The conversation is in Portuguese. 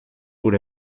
por